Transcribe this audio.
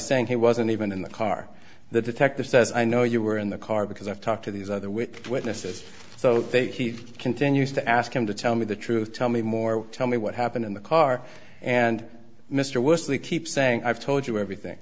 saying he wasn't even in the car the detective says i know you were in the car because i've talked to these other with witnesses so they keep continues to ask him to tell me the truth tell me more tell me what happened in the car and mr wesley keeps saying i've told you everything